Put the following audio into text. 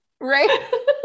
Right